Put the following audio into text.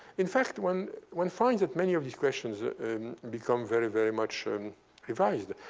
in fact, one one finds that many of these questions become very, very much and revised.